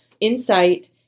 insight